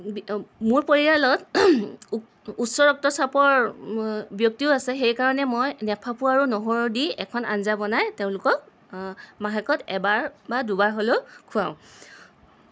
মোৰ পৰিয়ালত উচ্চ ৰক্তচাপৰ ব্যক্তিও আছে সেইকাৰণে মই নেফাফু আৰু নহৰু দি এখন আঞ্জা বনাই তেওঁলোকক মাহেকত এবাৰ বা দুবাৰ হ'লেও খুৱাওঁ